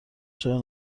چرا